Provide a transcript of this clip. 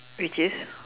which is